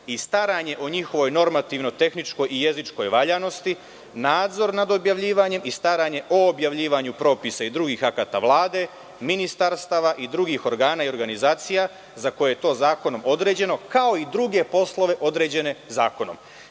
i staranje o njihovoj normativno-tehničkoj i jezičkoj valjanosti, nadzor nad objavljivanjem i staranjem o objavljivanju propisa i drugih akata Vlade, ministarstava i drugih organa i organizacija za koje je to zakonom određeno, kao i druge poslove određene zakonom.“